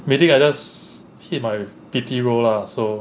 maybe I just hit my pity roll lah so